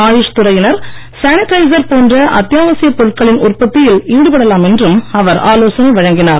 ஆயுஷ் துறையினர் சானிடைசர் போன்ற அத்தியாவசியப் பொருட்களின் உற்பத்தியில் ஈடுபடலாம் என்றும் அவர் ஆலோசனை வழங்கினார்